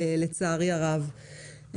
לצערי הרב.